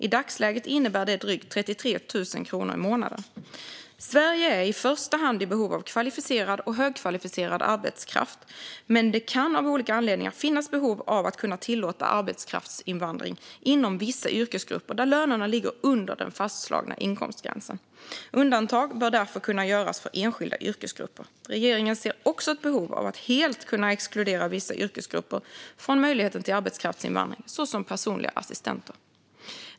I dagsläget innebär det drygt 33 000 kronor i månaden. Sverige är i första hand i behov av kvalificerad och högkvalificerad arbetskraft, men det kan av olika anledningar finnas behov av att kunna tillåta arbetskraftsinvandring inom vissa yrkesgrupper där lönerna ligger under den fastslagna inkomstgränsen. Undantag bör därför kunna göras för enskilda yrkesgrupper. Regeringen ser också ett behov av att helt kunna exkludera vissa yrkesgrupper från möjligheten till arbetskraftsinvandring, såsom personliga assistenter.